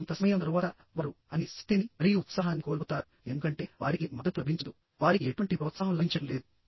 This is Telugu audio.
కొంత సమయం తరువాత వారు అన్ని శక్తిని మరియు ఉత్సాహాన్ని కోల్పోతారు ఎందుకంటే వారికి మద్దతు లభించదు వారికి ఎటువంటి ప్రోత్సాహం లభించడం లేదు